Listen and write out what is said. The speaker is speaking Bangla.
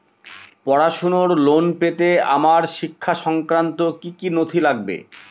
পড়াশুনোর লোন পেতে আমার শিক্ষা সংক্রান্ত কি কি নথি লাগবে?